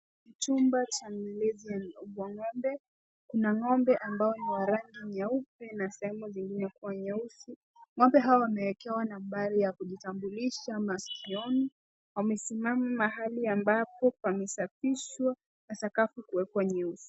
Chumba cha ulezi wa ng'ombe, kuna ng'ombe ambao ni wa rangi nyeupe na sehemu zingine kuwa nyeusi. Ng'ombe hawa wamewekewa nambari ya kujitambulisha maskioni, wamesimama mahali ambapo pamesafishwa na sakafu kuwekwa nyasi.